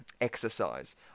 exercise